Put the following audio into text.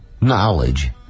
knowledge